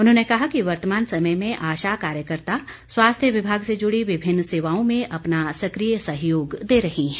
उन्होंने कहा कि वर्तमान समय में आशा कार्यकर्ता स्वास्थ्य विभाग से जूड़ी विभिन्न सेवाओं में अपना सक्रिय सहयोग दे रही है